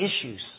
issues